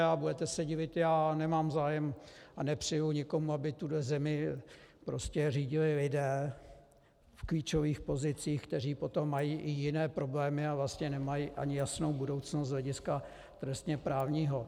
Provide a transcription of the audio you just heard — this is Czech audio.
A budete se divit, já nemám zájem a nepřeji nikomu, aby tuhle zemi řídili lidé v klíčových pozicích, kteří potom mají i jiné problémy a vlastně ani nemají jasnou budoucnost z hlediska trestněprávního.